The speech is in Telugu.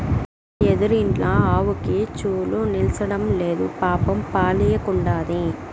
మా ఎదురిండ్ల ఆవుకి చూలు నిల్సడంలేదు పాపం పాలియ్యకుండాది